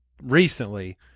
recently